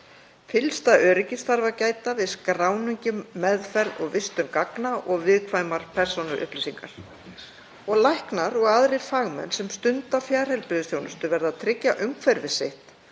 Fyllsta öryggis þarf að gæta við skráningu, meðferð og vistun gagna og viðkvæmra persónuupplýsinga. Læknar og aðrir fagmenn sem stunda fjarheilbrigðisþjónustu verða að tryggja umhverfi sitt